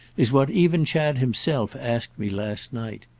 is what even chad himself asked me last night.